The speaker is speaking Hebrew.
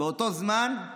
באותו זמן היא